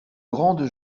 grande